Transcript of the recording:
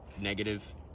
negative